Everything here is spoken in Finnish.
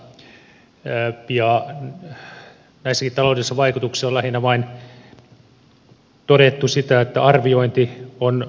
näissäkin taloudellisissa vaikutuksissa on lähinnä vain todettu sitä että arviointi on hankalaa